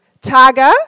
tiger